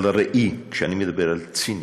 אבל ראי, כשאני מדבר על ציניות,